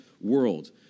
world